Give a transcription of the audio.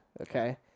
Okay